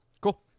Cool